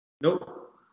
Nope